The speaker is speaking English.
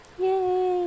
Yay